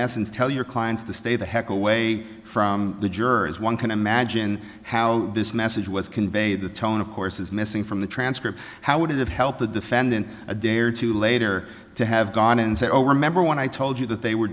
essence tell your clients to stay the heck away from the jurors one can imagine how this message was conveyed the tone of course is missing from the transcript how would it help the defendant a day or two later to have gone and say oh remember when i told you that they were